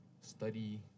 study